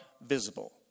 visible